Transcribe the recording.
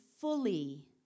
fully